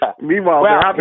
Meanwhile